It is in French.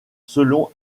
selon